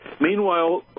Meanwhile